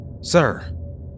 Sir